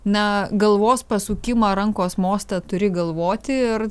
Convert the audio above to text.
na galvos pasukimą rankos mostą turi galvoti ir